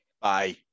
Bye